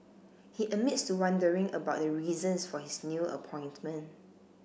he admits to wondering about the reasons for his new appointment